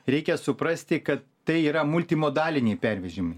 reikia suprasti kad tai yra multimodaliniai pervežimai